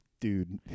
Dude